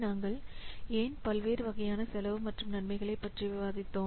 நாம் ஏன் பல்வேறு வகையான செலவு மற்றும் நன்மைகளைப் பற்றி விவாதிக்கிறோம்